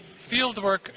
fieldwork